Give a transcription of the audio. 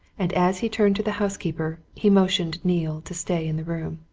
and as he turned to the housekeeper, he motioned neale to stay in the room.